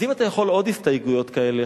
אז אם אתה יכול עוד הסתייגויות כאלה,